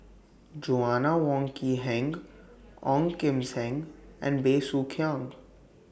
Joanna Wong Quee Heng Ong Kim Seng and Bey Soo Khiang